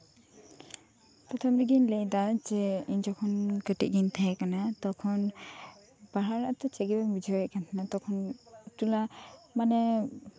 ᱯᱨᱚᱛᱷᱚᱢ ᱨᱮᱜᱤᱧ ᱞᱟᱹᱭᱫᱟ ᱡᱮ ᱤᱧ ᱡᱚᱠᱷᱚᱱ ᱠᱟᱹᱴᱤᱡ ᱜᱤᱧ ᱛᱟᱸᱦᱮ ᱠᱟᱱᱟ ᱯᱟᱲᱦᱟᱣ ᱨᱮᱱᱟᱜ ᱪᱮᱫ ᱜᱮ ᱵᱟᱹᱧ ᱵᱩᱡᱷᱟᱹᱣ ᱮᱫ ᱛᱟᱸᱦᱮᱱᱟ ᱛᱚᱠᱷᱚᱱ ᱢᱟᱱᱮ